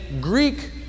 Greek